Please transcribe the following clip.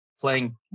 playing